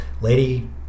lady